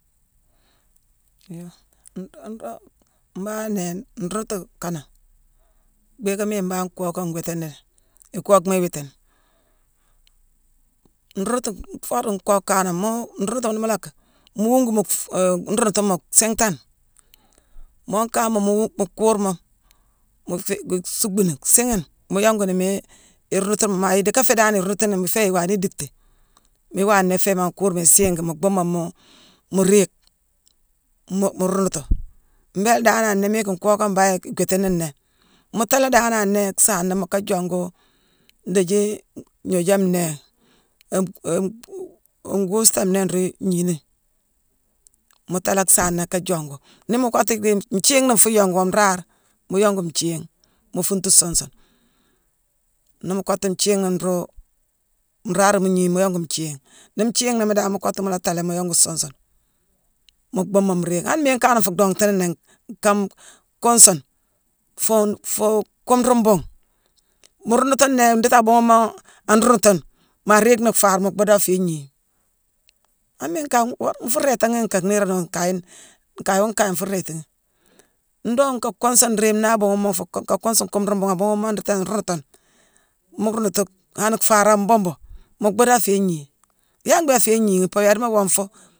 Yoo nroog- nroog- mbanghane nnéé nruudutu kaanangh, bhééka miine mbangh nkookane ngwiitini ni. Ikookhma iwiitine. Nruudutu foora nkookh kaaname, muu-nruundutu nii mu locki, mu wuungu mu mu nruudutuma siinghtane, moo kaama mu- wuu- mu kuurma-mu-féé-suuckbuni siighine, mu yonguni mii iruundutuma. Maa idicka fhéé dan iruunduma iféé iwaane idickti. Mii iwaana iféé maangh nkuurma isiigima, muu bhuuma mu riig, mu ruundutu. Mbééla danane nii mu yick nkookh kane mbangh igwiitini nnéé, mu taalé danane nnéé saana ka jongu ndiijii-gnoojame nnéé- am- am- wuu nkuusame nnéé nruu gniini, mu taala saana ka jongu. Nii mu kottu dii nthiigh na nfuu yongu, oo nraare, mu jongu nthiigh, mu fuuntu suun sune. Nii mu kottu nthiigh nruu-nraare la mu gnii, mu yongu nthiigh. Nii nthiigh naa miine mu kottu mu la taalé mu yongu suun sune. Mu bhuuma mu riig. Han miine kangh na nfuu dongtuni nnéé, nkame-kuunsune, fuune- fuu kuume ruune bhuungh, mu ruundutu nnéé, ndiiti a buughune moo an ruundutune, maa riig ni faarma, mu bhuude aféé gnii. Hane miine kangh-wo-nfuu réétane ghi nkaa niiranowu-nkaye- nkayo nkaye, nfuu rééti ghi. Ndoo nka kuunsune riime naa abuughune moo-fuu-nka-kuunsune kumrune bhuugh abuughuumo ndiiti an ruundutune, mu ruudutu, hane faar an buubu, mu bhuude aféé gnii. Yalla mbhiiké aféé gnii ghi, pabia adiimo wongfu